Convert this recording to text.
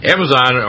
Amazon